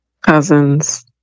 cousins